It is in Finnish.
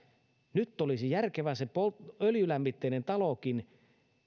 nyt olisi järkevää se öljylämmitteinen talokin